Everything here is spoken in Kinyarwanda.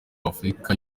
w’afurika